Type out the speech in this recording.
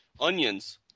Onions